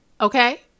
Okay